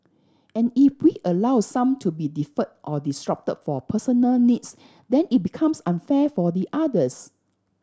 and if we allow some to be deferred or disrupted for personal needs then it becomes unfair for the others